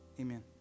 amen